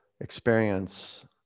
experience